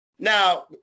Now